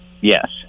Yes